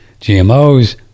GMOs